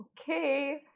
okay